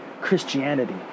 Christianity